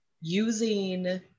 using